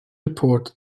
report